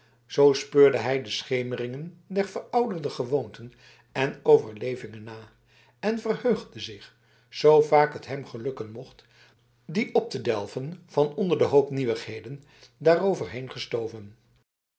zoo speurde hij de schemeringen der verouderde gewoonten en overleveringen na en verheugde zich zoo vaak het hem gelukken mocht die op te delven van onder den hoop nieuwigheden daarover heen gestoven